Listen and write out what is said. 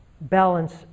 balance